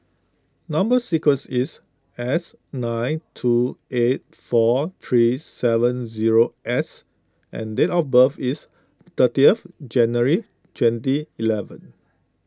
Number Sequence is S nine two eight four three seven zero S and date of birth is thirtieth January twenty eleven